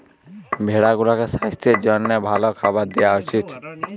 ভেড়া গুলাকে সাস্থের জ্যনহে ভাল খাবার দিঁয়া উচিত